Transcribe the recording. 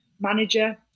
manager